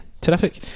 terrific